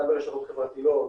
גם ברשתות חברתיות,